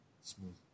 Smooth